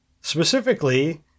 specifically